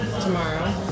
tomorrow